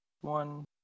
One